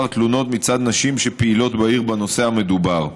תלונות מצד נשים שפעילות בעיר בנושא המדובר,